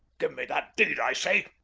give me that deed, i say!